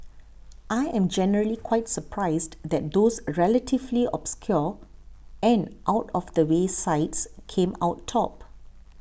I am generally quite surprised that those relatively obscure and out of the way sites came out top